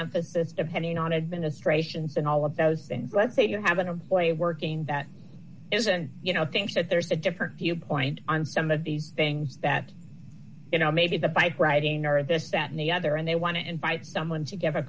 emphasis depending on administrations and all of those things let's say you have a boy working that isn't you know thinks that there's a different viewpoint on some of these things that you know maybe the bike riding or this that and the other and they want to invite someone to give